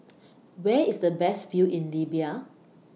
Where IS The Best View in Libya